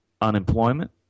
unemployment